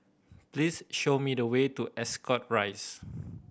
please show me the way to Ascot Rise